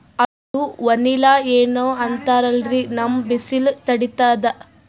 ಅದು ವನಿಲಾ ಏನೋ ಅಂತಾರಲ್ರೀ, ನಮ್ ಬಿಸಿಲ ತಡೀತದಾ?